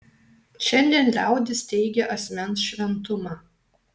šiandien liaudis teigia asmens šventumą